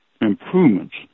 improvements